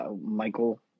Michael